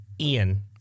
Ian